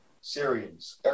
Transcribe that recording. Syrians